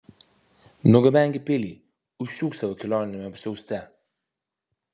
nugabenk į pilį užsiūk savo kelioniniame apsiauste